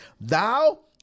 Thou